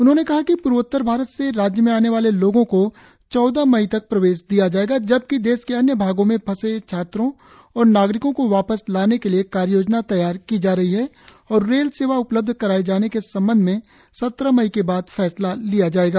उन्होंने कहा कि पूर्वोत्तर भारत से राज्य में आने वाले लोगो को चौदह मई तक प्रवेश दिया जाएगा जबकि देश के अन्य भागो में फंसे छात्रों और नागरिको को वापस लाने के लिए कार्ययोजना तैयार की जा रही है और रेल सेवा उपलब्ध कराएं जाने के संबंध में सत्रह मई के बाद फैसला लिया जाएगा